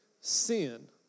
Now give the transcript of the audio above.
sin